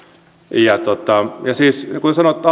kuten sanottu